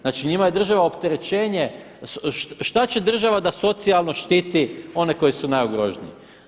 Znači njima država opterećenje, šta će država da socijalno štiti one koji su najugroženiji.